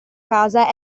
casa